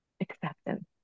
acceptance